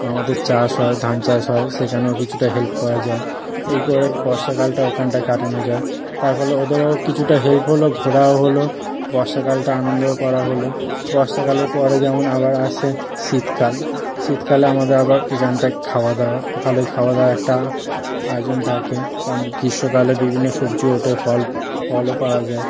মামাদের চাষ হয় ধান চাষ হয় সেখানেও কিছুটা হেল্প করা যায় এই করে বর্ষাকালটা ওখানটায় কাটানো যায় তার ফলে ওদেরও কিছুটা হেল্প হলো ঘোরাও হলো বর্ষাকালটা আনন্দও করা হলো বর্ষাকালের পরে যেমন আবার আসছে শীতকাল শীতকালে আমাদের আবার এখানটায় খাওয়া দাওয়া ভালোই খাওয়া দাওয়া একটা আয়োজন থাকে কারণ গীষ্মকালে বিভিন্ন সবজি ওঠে ফল ফলও পাওয়া যায়